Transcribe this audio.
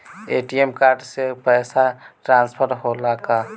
ATM card से पैसा transfer होला का?